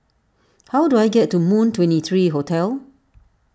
how do I get to Moon twenty three Hotel